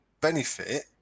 benefit